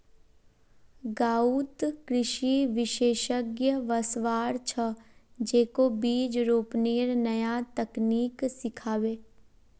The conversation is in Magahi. गांउत कृषि विशेषज्ञ वस्वार छ, जेको बीज रोपनेर नया तकनीक सिखाबे